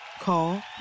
Call